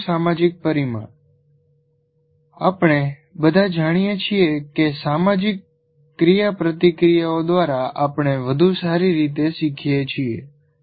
વર્ગખંડનું સામાજિક પરિમાણ આપણે બધા જાણીએ છીએ કે સામાજિક ક્રિયાપ્રતિક્રિયાઓ દ્વારા આપણે વધુ સારી રીતે શીખીએ છીએ